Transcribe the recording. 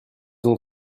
ont